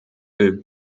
eut